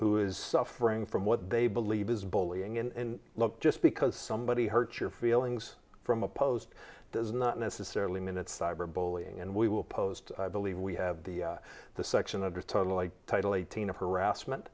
who is suffering from what they believe is bullying and look just because somebody hurt your feelings from a post does not necessarily minute cyber bullying and we will post i believe we have the the section under totally title eighteen of harassment